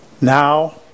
now